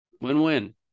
Win-win